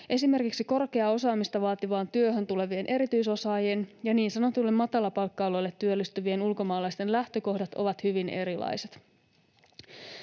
Esimerkiksi korkeaa osaamista vaativaan työhön tulevien erityisosaajien ja niin sanotuille matalapalkka-aloille työllistyvien ulkomaalaisten lähtökohdat ovat hyvin erilaiset.